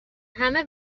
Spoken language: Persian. همه